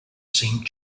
seemed